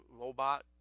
robot